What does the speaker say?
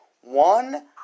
one